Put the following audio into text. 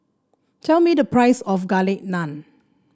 tell me the price of Garlic Naan